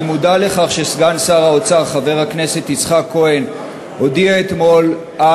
אני מודע לכך שסגן שר האוצר חבר הכנסת יצחק כהן הודיע אתמול על,